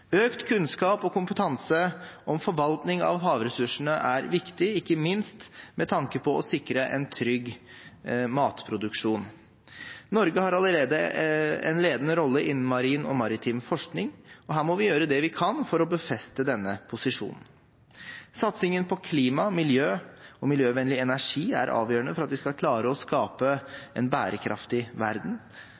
Økt kunnskap og kompetanse om forvaltning av havressursene er viktig, ikke minst med tanke på å sikre en trygg matproduksjon. Norge har allerede en ledende rolle innen marin og maritim forskning, og her må vi gjøre det vi kan for å befeste denne posisjonen. Satsingen på klima, miljø og miljøvennlig energi er avgjørende for at vi skal klare å skape en bærekraftig verden.